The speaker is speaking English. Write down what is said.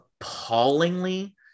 appallingly